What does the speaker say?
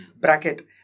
Bracket